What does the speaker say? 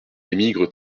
émigre